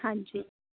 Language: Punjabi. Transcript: ਹਾਂਜੀ